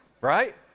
Right